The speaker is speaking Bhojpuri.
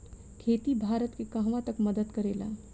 खेती भारत के कहवा तक मदत करे ला?